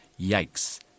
Yikes